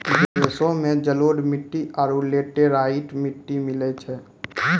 देशो मे जलोढ़ मट्टी आरु लेटेराइट मट्टी मिलै छै